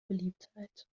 beliebtheit